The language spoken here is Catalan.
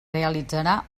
realitzarà